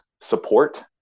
support